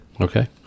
Okay